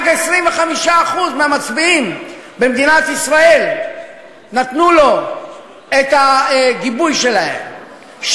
רק 25% מהמצביעים במדינת ישראל נתנו לו את הגיבוי שלהם,